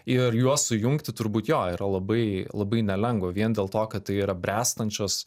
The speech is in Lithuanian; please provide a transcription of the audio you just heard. ir juos sujungti turbūt jo yra labai labai nelengva vien dėl to kad tai yra bręstančios